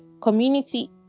community